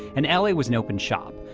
and l a. was an open shop.